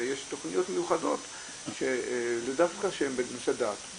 ויש תכניות מיוחדות שהן בנושא דת.